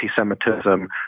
anti-Semitism